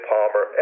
Palmer